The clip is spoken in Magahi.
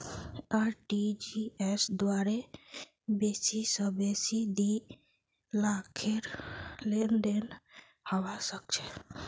आर.टी.जी.एस द्वारे बेसी स बेसी दी लाखेर लेनदेन हबा सख छ